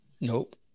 Nope